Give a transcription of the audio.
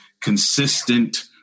consistent